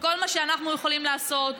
כל מה שאנחנו יכולים לעשות,